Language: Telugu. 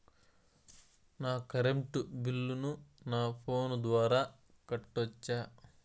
నా కరెంటు బిల్లును నా ఫోను ద్వారా కట్టొచ్చా?